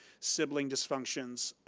sibling dysfunctions.